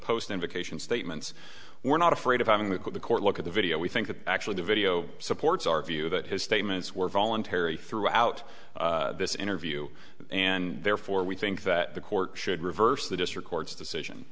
post invocation statements we're not afraid of having the court the court look at the video we think that actually the video supports our view that his statements were voluntary throughout this interview and therefore we think that the court should reverse the district court's decision